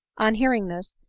on hearing this,